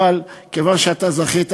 אבל כיוון שאתה זכית,